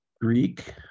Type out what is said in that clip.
Greek